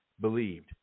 believed